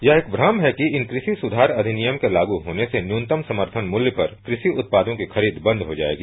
यह एक श्रम है कि इन कृषि सुधार अधिनियम के लागू होने से न्यूनतम समर्थन मूल्य पर कृषि उत्पादों की खरीद बंद हो जाएगी